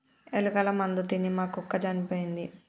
ఎలుకల మందు తిని మా కుక్క చనిపోయింది